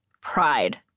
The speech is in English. pride